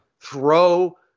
throw